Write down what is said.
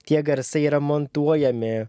tie garsai yra montuojami